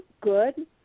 good